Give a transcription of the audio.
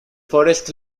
forest